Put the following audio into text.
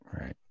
right